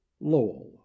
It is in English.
lowell